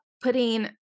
putting